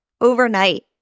overnight